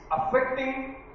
Affecting